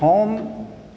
हम